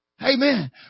Amen